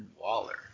Waller